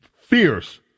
fierce